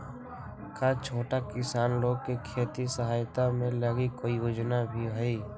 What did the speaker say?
का छोटा किसान लोग के खेती सहायता के लगी कोई योजना भी हई?